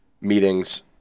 meetings